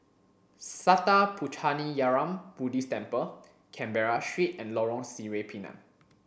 Sattha Puchaniyaram Buddhist Temple Canberra Street and Lorong Sireh Pinang